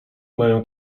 mają